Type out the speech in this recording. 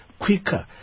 quicker